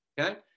okay